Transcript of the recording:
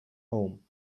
home